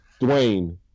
Dwayne